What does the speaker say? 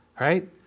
right